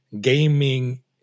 gaming